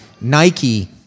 Nike